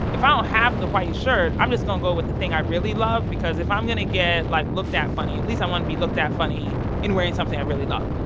if i don't have the white shirt, i'm just going to go with the thing i really love because if i'm going to get, like, looked at funny, at least i'm going to be looked at funny and wearing something i really love.